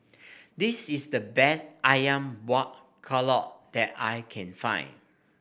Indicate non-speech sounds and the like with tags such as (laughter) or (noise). this is the (noise) best ayam Buah Keluak that I can find